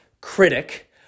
critic